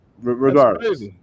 regardless